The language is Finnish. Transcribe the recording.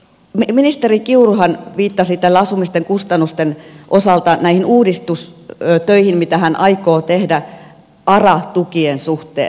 ministeri kiuruhan viittasi asumisen kustannusten osalta näihin uudistustöihin mitä hän aikoo tehdä ara tukien suhteen